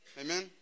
Amen